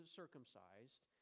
circumcised